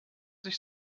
sich